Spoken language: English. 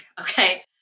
okay